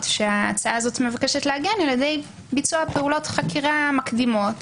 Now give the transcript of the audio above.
שההצעה הזאת מבקשת לעגן על ידי ביצוע פעולות חקירה מקדימות